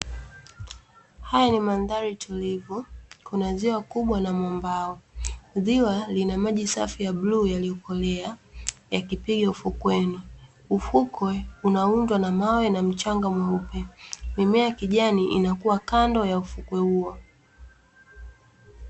Haya ni mandhari tulivu, kuna ziwa kubwa na mwambao. Ziwa lina maji safi ya bluu yaliyokolea yakipiga ufukweni. Ufukwe unaundwa na mawe na mchanga mweupe, mimea ya kijani inakua kando ya ufukwe huo.